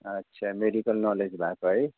अच्छा medical knowledge भएको है